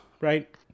right